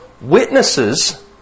Witnesses